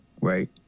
right